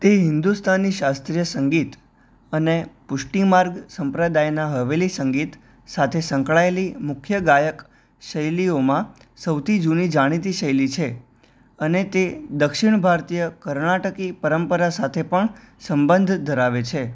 તે હિન્દુસ્તાની શાસ્ત્રીય સંગીત અને પુષ્ટિમાર્ગ સંપ્રદાયનાં હવેલી સંગીત સાથે સંકળાયેલી મુખ્ય ગાયક શૈલીઓમાં સૌથી જૂની જાણીતી શૈલી છે અને તે દક્ષિણ ભારતીય કર્ણાટકી પરંપરા સાથે પણ સંબંધ ધરાવે છે